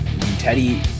Teddy